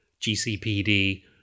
GCPD